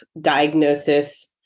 diagnosis